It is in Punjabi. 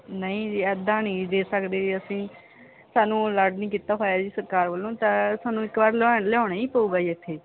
ਨਹੀਂ ਜੀ ਇੱਦਾਂ ਨਹੀਂ ਦੇ ਸਕਦੇ ਜੀ ਅਸੀਂ ਸਾਨੂੰ ਅਲੋਡ ਨਹੀਂ ਕੀਤਾ ਹੋਇਆ ਜੀ ਸਰਕਾਰ ਵੱਲੋਂ ਤਾਂ ਤੁਹਾਨੂੰ ਇੱਕ ਵਾਰ ਲਿਓ ਲਿਆਉਣਾ ਹੀ ਪਊਗਾ ਜੀ ਇੱਥੇ